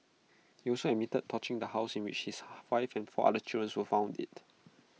he also admitted torching the house in which his wife and four other children were found dead